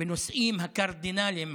בנושאים הקרדינליים,